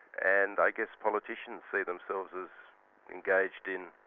and i guess politicians see themselves as engaged in